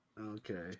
Okay